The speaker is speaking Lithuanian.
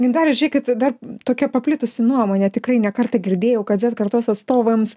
gintarė žiekit dar tokia paplitusi nuomonė tikrai ne kartą girdėjau kad z kartos atstovams